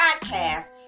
Podcast